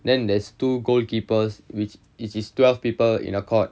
then there's two goalkeepers which is twelve people in a court